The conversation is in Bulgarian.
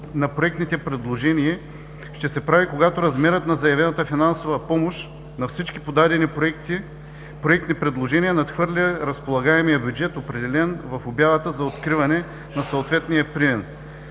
на проектните предложения ще се прави, когато размерът на заявената финансова помощ на всички подадени проектни предложения надхвърля разполагаемия бюджет, определен в обявата за откриване на съответния прием.